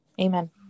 Amen